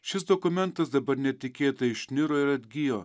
šis dokumentas dabar netikėtai išniro ir atgijo